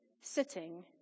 sitting